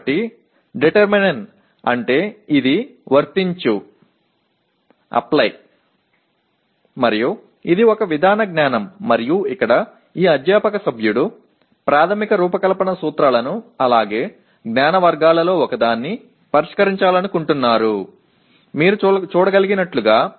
எனவே இது பயன்பாடு என்பதை தீர்மானிக்க வேண்டும் இது ஒரு நடைமுறை அறிவு மற்றும் இங்கே இந்த ஆசிரிய உறுப்பினர் அடிப்படை வடிவமைப்பு கோட்பாடுகளையும் அறிவு வகைகளில் ஒன்றையும் உரையாற்ற விரும்புகிறார்